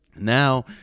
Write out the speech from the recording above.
Now